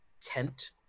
tent